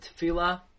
Tefillah